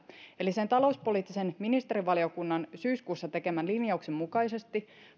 eli sen talouspoliittisen ministerivaliokunnan syyskuussa tekemän linjauksen mukaisesti